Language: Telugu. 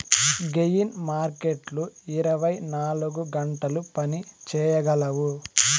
గెయిన్ మార్కెట్లు ఇరవై నాలుగు గంటలు పని చేయగలవు